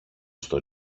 στο